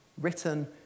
written